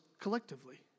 collectively